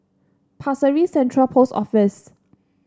Pasir Ris Central Post Office